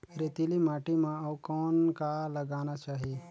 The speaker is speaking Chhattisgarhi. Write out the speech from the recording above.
रेतीली माटी म अउ कौन का लगाना चाही?